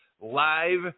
live